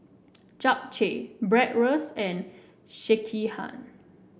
Japchae Bratwurst and Sekihan